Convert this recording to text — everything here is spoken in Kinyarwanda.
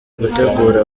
gutegura